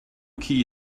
key